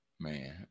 Man